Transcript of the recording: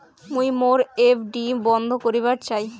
মুই মোর এফ.ডি বন্ধ করিবার চাই